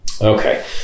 Okay